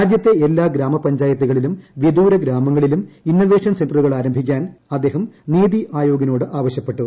രാജ്യത്തെ എല്ലാ ഗ്രാമപഞ്ചായത്തുകളിലും വീദൂര ഗ്രാമങ്ങളിലും ഇന്നൊവേഷൻ സെന്ററുകൾ ആരംഭിക്കാൻ അദ്ദേഹം നീതി ആയോഗിനോട് ആവശ്യപ്പെട്ടു